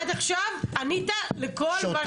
עד עכשיו ענית לכל מה שעלה כאן.